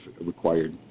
required